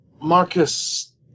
Marcus